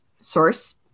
Source